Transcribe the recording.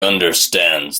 understands